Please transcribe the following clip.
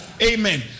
Amen